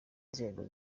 nzego